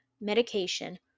medication